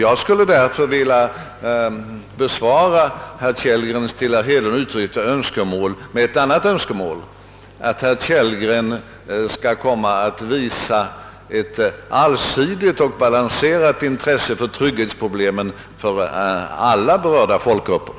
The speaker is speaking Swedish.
Jag skulle därför vilja uttrycka det önskemålet, att herr Kellgren i fortsättningen kommer att visa ett allsidigt och balanserat intresse för trygghetsproblemen för alla berörda folkgrupper.